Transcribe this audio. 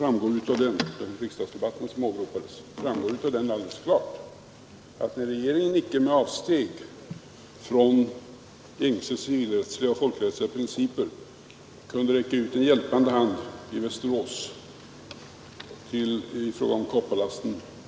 Av den riksdagsdebatt som åberopades framgår det alldeles klart att regeringen icke med avsteg från gängse civilrättsliga och folkrättsliga principer kunde räcka ut en hjälpande hand i Västerås i fråga om kopparlasten.